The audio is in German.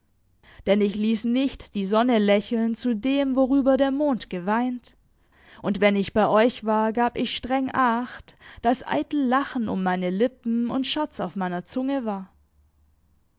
denn ich ließ nicht die sonne lächeln zu dem worüber der mond geweint und wenn ich bei euch war gab ich streng acht daß eitel lachen um meine lippen und scherz auf meiner zunge war